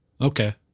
Okay